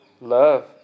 love